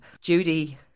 Judy